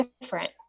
different